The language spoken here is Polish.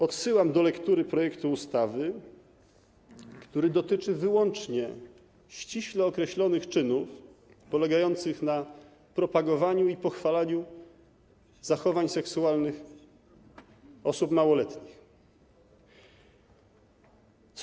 Odsyłam do lektury projektu ustawy, który dotyczy wyłącznie ściśle określonych czynów polegających na propagowaniu i pochwalaniu zachowań seksualnych osób małoletnich.